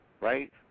right